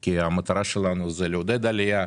כי המטרה שלנו היא לעודד עלייה.